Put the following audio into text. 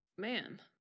man